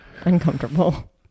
uncomfortable